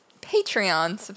Patreon